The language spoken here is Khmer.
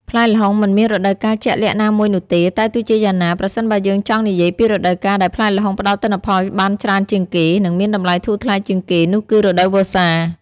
ផ្លែល្ហុងមិនមានរដូវកាលជាក់លាក់ណាមួយនោះទេ តែទោះជាយ៉ាងណា ប្រសិនបើយើងចង់និយាយពីរដូវកាលដែលផ្លែល្ហុងផ្តល់ទិន្នផលបានច្រើនជាងគេ និងមានតម្លៃធូរថ្លៃជាងគេនោះគឺរដូវវស្សា។